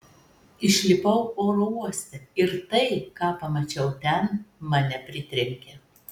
išlipau oro uoste ir tai ką pamačiau ten mane pritrenkė